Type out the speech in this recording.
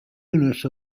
unit